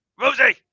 Rosie